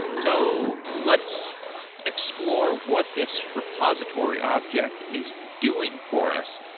so let's explore what this repository object is doing for us.